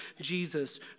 Jesus